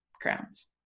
crowns